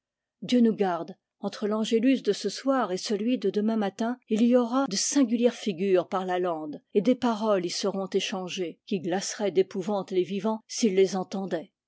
dieu nous garde entre l'angélus de ce soir et celui de demain matin il y aura de singulières figures par la lande et des paroles y seront échangées qui glaceraient d'épouvante les vivants s'ils les entendaient